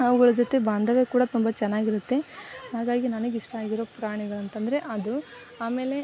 ಅವುಗಳ ಜೊತೆ ಬಾಂಧವ್ಯ ಕೂಡ ತುಂಬ ಚೆನ್ನಾಗಿರುತ್ತೆ ಹಾಗಾಗಿ ನನಗಿಷ್ಟ ಆಗಿರೋ ಪ್ರಾಣಿಗಳಂತಂದರೆ ಅದು ಆಮೇಲೆ